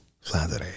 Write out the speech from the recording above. flattery